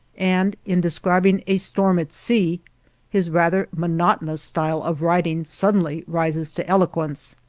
and in describing a storm at sea his rather monotonous style of writing suddenly rises to eloquence.